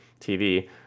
TV